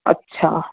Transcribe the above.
अच्छा